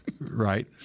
Right